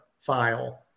file